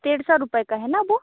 डेढ़ सौ रुपए का है ना वो